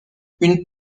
une